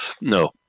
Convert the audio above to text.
No